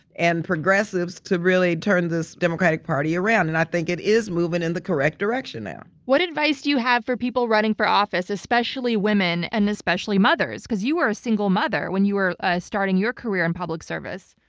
and progressives to really turn this democratic party around and i think it is moving in the correct direction now. what advice do you have for people running for office, especially women and especially mothers, because you were a single mother when you were starting your career in public service?